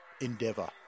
Endeavour